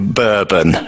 bourbon